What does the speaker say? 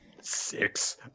six